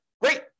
Great